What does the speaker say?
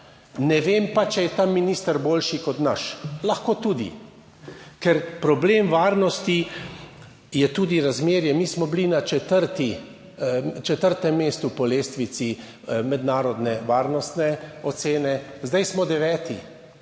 ne vem pa, če je ta minister boljši kot naš. Lahko tudi, ker problem varnosti je tudi razmerje, mi smo bili na četrti, četrtem mestu po lestvici mednarodne varnostne ocene, zdaj smo deveti.